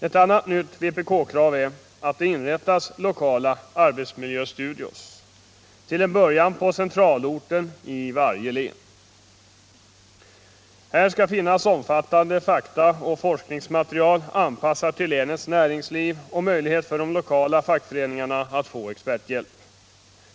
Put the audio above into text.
Ett annat nytt vpk-krav är att det inrättas lokala arbetsmiljöstudior, till en början på centralorten i varje län. Här skall finnas omfattande faktaoch forskningsmaterial, anpassat till länets näringsliv, och möjlighet för de lokala fackföreningarna att få experthjälp.